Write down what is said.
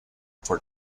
for